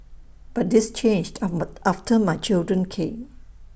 but this changed after my children came